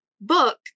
book